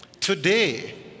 Today